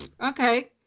okay